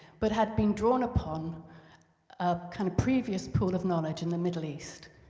but had been drawn upon a kind of previous pool of knowledge in the middle east.